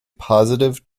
positive